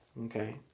okay